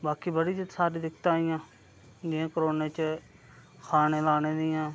बाकी बड़ी सारी बिपता आइयां जियां कोरोना च खाने लाने दियां